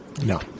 No